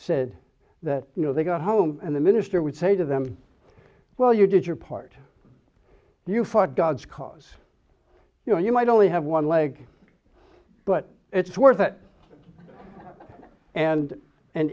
said that you know they go home and the minister would say to them well you did your part you fought god's cause you know you might only have one leg but it's worth it and and